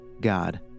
God